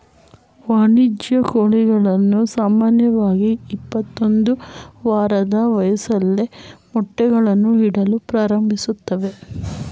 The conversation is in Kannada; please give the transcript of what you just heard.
ವಾಣಿಜ್ಯ ಕೋಳಿಗಳು ಸಾಮಾನ್ಯವಾಗಿ ಇಪ್ಪತ್ತೊಂದು ವಾರದ ವಯಸ್ಸಲ್ಲಿ ಮೊಟ್ಟೆಗಳನ್ನು ಇಡಲು ಪ್ರಾರಂಭಿಸ್ತವೆ